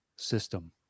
System